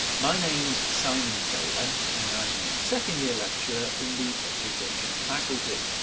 my name's simon taylor and i'm a second-year lecturer in the education faculty.